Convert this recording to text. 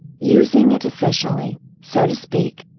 using it officially, so to speak.